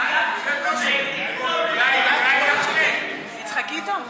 אולי תעשו שבוע-שבוע,